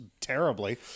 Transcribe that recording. terribly